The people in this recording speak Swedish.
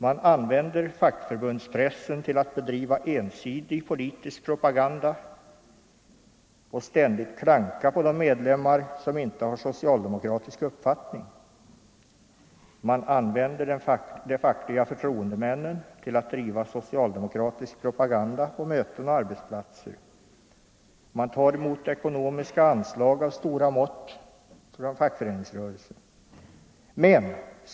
Man använder fackförbundspressen till att bedriva ensidig politisk propaganda och ständigt klanka på de medlemmar som inte har socialdemokratisk uppfattning. Man använder de fackliga förtroendemännen till att driva socialdemokratisk propaganda på möten och arbetsplatser. Man tar emot ekonomiska anslag av stora mått från fackföreningsrörelsen.